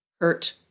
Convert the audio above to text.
hurt